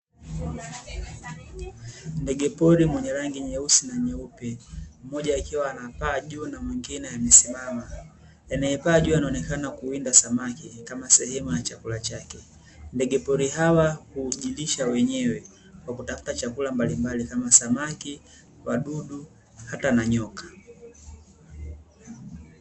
Ndege pori mwenye rangi nyeusi na nyeupe, mmoja akiwa anapaa juu na mwingine amesimama. Anayepaa juu anaonekana kuwinda samaki kama sehemu ya chakula chake. Ndege pori hawa hujilisha wenyewe kwa kutafuta chakula mbalmbali kama samaki, wadudu hata na nyoka.